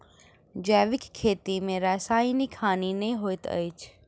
जैविक खेती में रासायनिक हानि नै होइत अछि